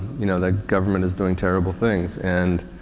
you know, that government is doing terrible things and